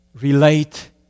relate